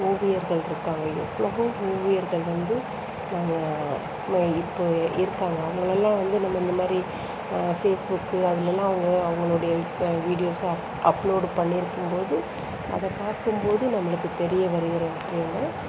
ஒவியர்கள்ருக்காங்க எவ்வளவோ ஓவியர்கள் வந்து நாங்கள் நம்ம இப்போ இருக்காங்க அவங்களலாம் வந்து நம்ம இந்தமாதிரி ஃபேஸ்புக்கு அதுலலாம் அவங்க அவங்களுடைய வீடியோஸ் அப்லோடு பண்ணியிருக்கும்போது அதை பார்க்கும்போது நம்மளுக்கு தெரிய வருகிற விஷயங்கள்